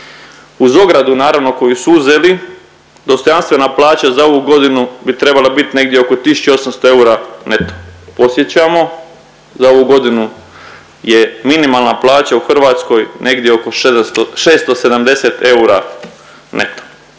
Uz ogradu naravno koju su uzeli, dostojanstvena plaća za ovu godinu bi trebala bit negdje oko 1.800 eura neto. Podsjećamo za ovu godinu je minimalna plaća u Hrvatskoj negdje oko 670 eura neto.